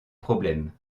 problème